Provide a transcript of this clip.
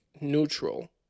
neutral